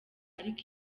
ariko